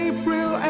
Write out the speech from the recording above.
April